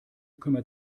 kümmert